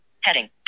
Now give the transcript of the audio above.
heading